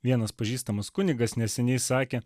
vienas pažįstamas kunigas neseniai sakė